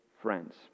friends